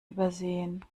übersehen